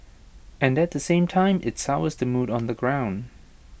and at the same time IT sours the mood on the ground